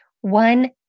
one